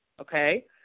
okay